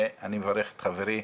שאני מברך את חברי,